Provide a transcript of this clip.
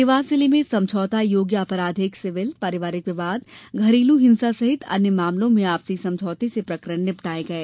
देवास जिले में समझौता योग्य अपराधिक सिविल पारिवारिक विवाद घरेलू हिंसा सहित अन्य मामलों में आपसी समझौते से प्रकरण निपटाये गये